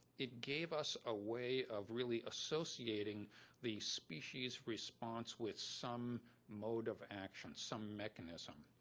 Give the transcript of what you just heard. it gave us a way of really associating the species' response with some mode of action, some mechanism.